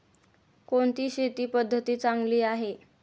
कोणती शेती पद्धती चांगली आहे?